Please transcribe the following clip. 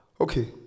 Okay